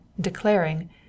declaring